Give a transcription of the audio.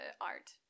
art